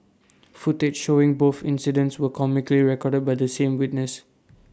footage showing both incidents were comically recorded by the same witness